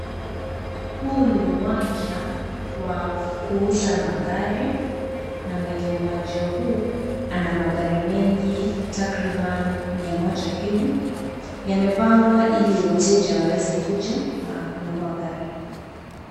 Huu ni uwanja wa kuuza magari na mwenye uwanja huu ana magari mengi takriban mia moja hivi yamepangwa iliwateja waweze kuja na kununua gari.